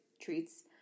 treats